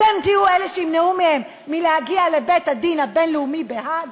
אתם תהיו אלה שימנעו מהם מלהגיע לבית-הדין הבין-לאומי בהאג?